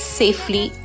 safely